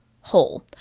whole